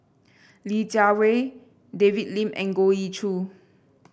Li Jiawei David Lim and Goh Ee Choo